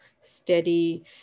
steady